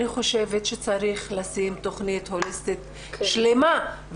אני חושבת שצריך לשים תוכנית הוליסטית שלמה,